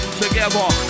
together